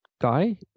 guy